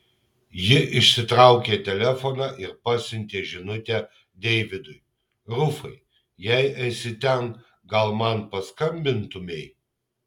ji išsitraukė telefoną ir pasiuntė žinutę deividui rufai jei esi ten gal man paskambintumei